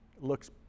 looks